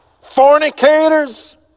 fornicators